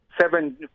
seven